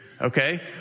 Okay